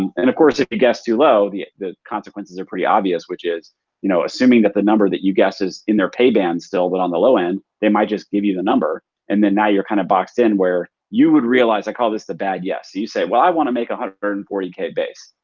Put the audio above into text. and and of course, if you guess too low the the consequences are pretty obvious which is you know assuming that the number that you guess is in their pay band still, but on the low end they might just give you the number and then know you're kind of boxed in where you would realize, i call this the bad yes. you say, well, i wanna make one hundred and forty k base.